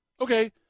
Okay